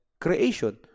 creation